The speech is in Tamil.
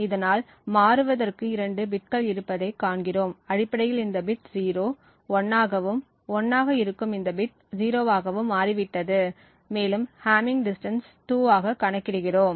இதனால் மாறுவதற்கு இரண்டு பிட்கள் இருப்பதைக் காண்கிறோம் அடிப்படையில் இந்த பிட் 0 1 ஆகவும் 1 ஆக இருக்கும் இந்த பிட் 0 ஆகவும் மாறிவிட்டது மேலும் ஹம்மிங் டிஸ்டன்ஸ் 2 ஆக கணக்கிடுகிறோம்